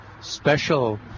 special